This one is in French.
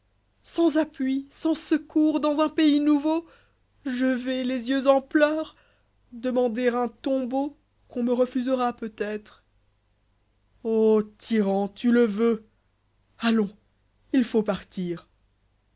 sans appui sans secours dans un pays nouveau je vais les yeux en pleurs demander un tombeau io fables qu'orj nt fusera peut-être o tyran tu le veux allons il faut partir